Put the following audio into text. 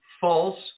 false